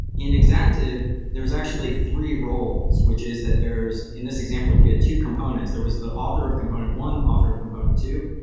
in exaptive, there's actually three roles which is that there's in this example, if you had two components, there was the author of component one, the author of component two,